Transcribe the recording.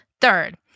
Third